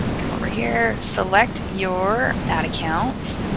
come over here, select your ad account,